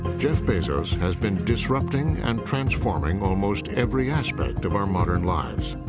jeff bezos has been disrupting and transforming almost every aspect of our modern lives.